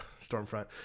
Stormfront